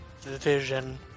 vision